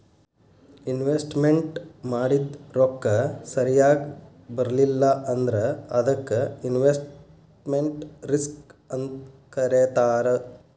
investment ಮಾಡಿದ್ ರೊಕ್ಕ ಸರಿಯಾಗ್ ಬರ್ಲಿಲ್ಲಾ ಅಂದ್ರ ಅದಕ್ಕ ಇನ್ವೆಸ್ಟ್ಮೆಟ್ ರಿಸ್ಕ್ ಅಂತ್ ಕರೇತಾರ